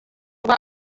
rwa